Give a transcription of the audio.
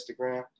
Instagram